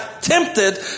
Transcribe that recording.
tempted